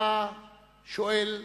היה שואל אותנו,